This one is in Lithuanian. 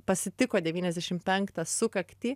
pasitiko devyniasdešim penktą sukaktį